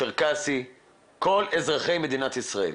צ'רקסי כל אזרחי מדינת ישראל.